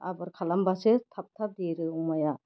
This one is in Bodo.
आदर खालामबासो थाब थाब देरो अमाया